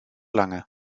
lange